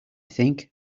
think